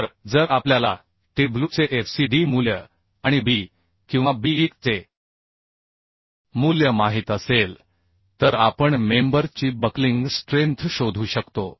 तर जर आपल्याला tw चे F c d मूल्य आणि b किंवा b 1 चे मूल्य माहित असेल तर आपण मेंबर ची बक्लिंग स्ट्रेंथ शोधू शकतो